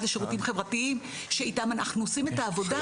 לשירותים חברתיים שאיתם אנחנו עושים את העבודה,